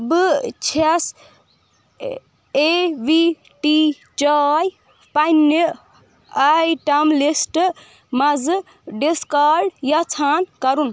بہٕ چھس A V T چاے پنِنہِ آیٹم لسٹہٕ منٛزٕ ڈِسکارڑ یژھان کرُن